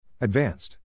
Advanced